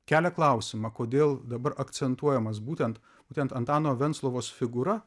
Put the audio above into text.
kelia klausimą kodėl dabar akcentuojamas būtent būtent antano venclovos figūra